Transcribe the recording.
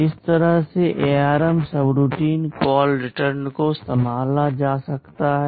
इस तरह से ARM सबरूटीन कॉल रिटर्न को संभाला जा सकता है